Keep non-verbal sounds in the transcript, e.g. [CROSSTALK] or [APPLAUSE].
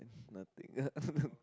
[BREATH] nothing [LAUGHS]